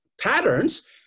Patterns